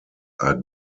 are